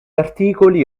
articoli